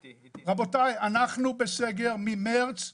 רבותיי, אנחנו בסגר ממרץ 2020,